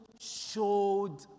showed